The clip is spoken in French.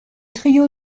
trio